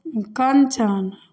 कञ्चन